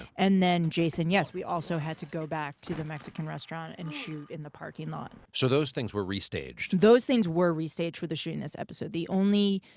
and then jason, yes, we also had to go back to the mexican restaurant and shoot in the parking lot. so those things were restaged. those things were restaged for the shooting of this episode. the only